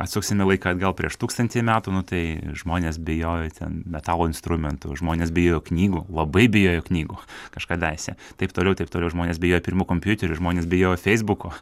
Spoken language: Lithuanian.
atsuksime laiką atgal prieš tūkstantį metų nu tai žmonės bijojo ten metalo instrumentų žmonės bijojo knygų labai bijojo knygų kažkadaise taip toliau taip toliau žmonės bijojo pirmų kompiuterių žmonės bijojo feisbuko